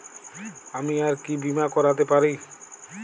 আমি আর কি বীমা করাতে পারি?